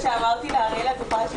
אני אתן לכם דוגמה.